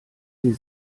sie